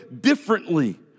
differently